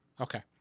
okay